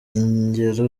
ingero